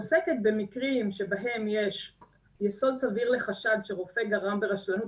עוסקת במקרים שבהם יש יסוד סביר לחשד שרופא גרם ברשלנות